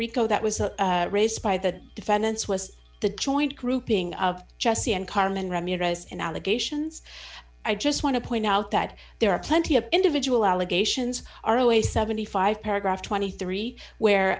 rico that was raised by the defendants was the joint grouping of jesse and carmen ramirez and allegations i just want to point out that there are plenty of individual allegations are always seventy five paragraph twenty three where